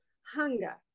hunger